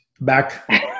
back